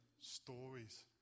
stories